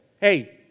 hey